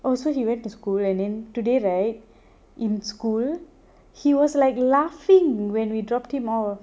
oh so he went to school and then today right in school he was like laughing when we dropped him off